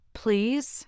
please